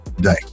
day